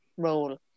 role